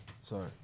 Sorry